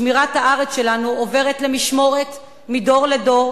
שמירת הארץ שלנו עוברת למשמורת מדור לדור,